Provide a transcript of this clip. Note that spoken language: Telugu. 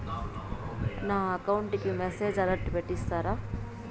నా అకౌంట్ కి మెసేజ్ అలర్ట్ పెట్టిస్తారా